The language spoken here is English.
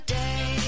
day